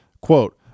quote